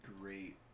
great